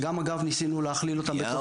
שגם אגב ניסינו להכליל אותן בתוך סל הבריאות